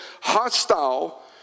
hostile